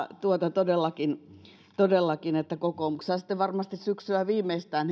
todellakin todellakin kokoomus varmasti sitten syksyllä viimeistään